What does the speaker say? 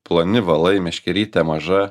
ploni valai meškerytė maža